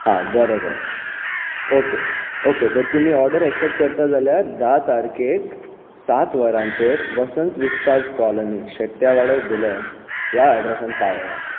हां बरें जालें ओके ओके जर तुमी ऑर्डर ऍक्सॅप्ट करता जाल्यार धा तार्केक सात वरांचेर वसंत विस्ताज कॉलनी शेट्या वाडो धुळेर ह्या एडरसार पावयात